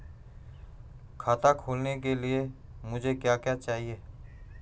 खाता खोलने के लिए मुझे क्या क्या चाहिए?